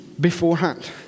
Beforehand